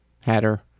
Hatter